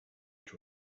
inch